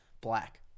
black